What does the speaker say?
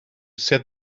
said